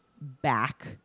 back